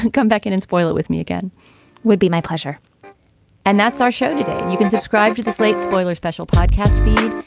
come back in and spoil it with me again would be my pleasure and that's our show today. you can subscribe to the slate spoiler special podcast feed.